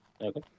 Okay